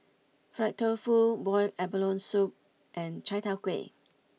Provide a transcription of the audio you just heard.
Fried Tofu Boiled Abalone Soup and Chai Tow Kway